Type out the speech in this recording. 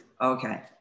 okay